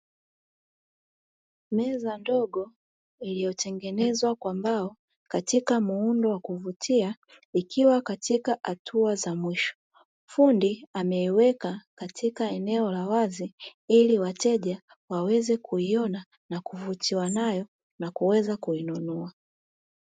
Meza ndogo iliyotengenezwa kwa mbao katika muundo wa kuvutia ikiwa katika hatua za mwisho, fundi ameweka katika eneo la wazi ili wateja waweze kuiyona na kuvutiwa nayo na kuweza kuinunua.